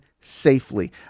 safely